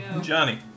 Johnny